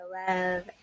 love